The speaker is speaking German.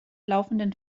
laufenden